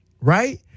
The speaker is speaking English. Right